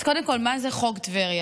אז קודם כול, מה זה חוק טבריה?